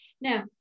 Now